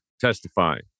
testifying